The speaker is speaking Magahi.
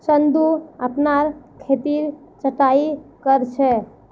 चंदू अपनार खेतेर छटायी कर छ